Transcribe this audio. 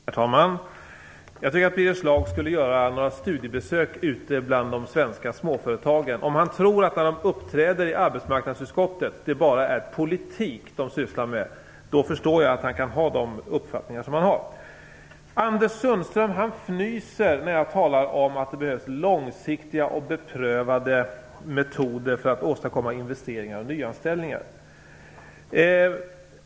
Herr talman! Jag tycker att Birger Schlaug skulle göra några studiebesök ute bland de svenska småföretagen. Om han tror att det bara är politik de sysslar med när de uppträder i arbetsmarknadsutskottet förstår jag att han kan ha de uppfattningar han har. Anders Sundström fnyser när jag talar om att det behövs långsiktiga och beprövade metoder för att åstadkomma investeringar och nyanställningar.